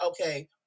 okay